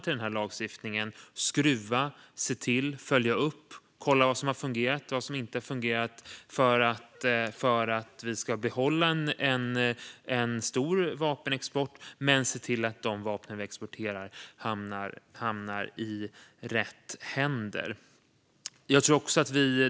Vi kommer att behöva skruva, se till, följa upp och kolla vad som har fungerat och vad som inte har fungerat för att vi ska kunna behålla en stor vapenexport men se till att de vapen vi exporterar hamnar i rätt händer.